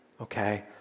Okay